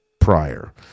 prior